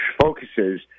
focuses